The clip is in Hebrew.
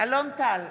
בהצבעה אלון טל,